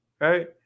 right